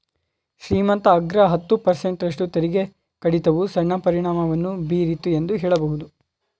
ಶ್ರೀಮಂತ ಅಗ್ರ ಹತ್ತು ಪರ್ಸೆಂಟ್ ರಷ್ಟು ತೆರಿಗೆ ಕಡಿತವು ಸಣ್ಣ ಪರಿಣಾಮವನ್ನು ಬೀರಿತು ಎಂದು ಹೇಳಬಹುದು